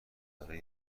برای